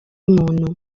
muntu